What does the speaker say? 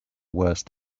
worst